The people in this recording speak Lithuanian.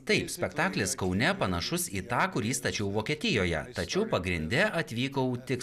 taip spektaklis kaune panašus į tą kurį stačiau vokietijoje tačiau pagrinde atvykau tik